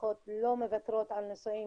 משפחות לא מוותרות על נישואים